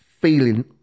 feeling